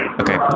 Okay